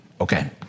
Okay